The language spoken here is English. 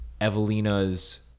Evelina's